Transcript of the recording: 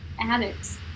Addicts